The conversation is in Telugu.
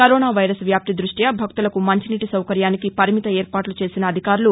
కరోనా వైరస్ వ్యాప్తి దృష్ట్య భక్తులకు మంచినీటి సౌకర్యానికి పరిమిత ఏర్పాట్లు చేసిన అధికారులు